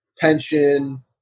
pension